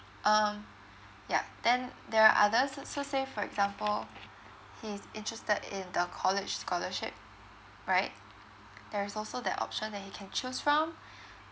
um yup then there are other so so say for example he's interested in the college scholarship right there is also the option that he can choose from